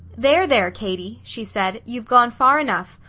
there, there, katie! she said. you've gone far enough.